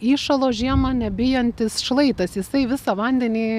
įšalo žiemą nebijantis šlaitas jisai visą vandenį